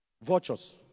Vultures